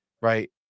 right